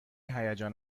هیجان